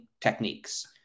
techniques